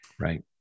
Right